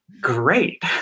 great